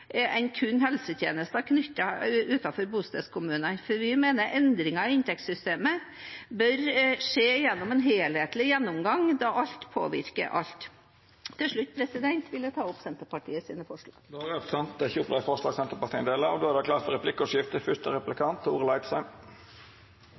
enn kun helsetjenester utenfor bostedskommunen. Vi mener endringer i inntektssystemet bør skje gjennom en helhetlig gjennomgang, da alt påvirker alt. Til slutt vil jeg ta opp Senterpartiets forslag og de forslag vi har sammen med SV. Representanten Heidi Greni har teke opp dei forslaga ho viste til. Det vert replikkordskifte.